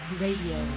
radio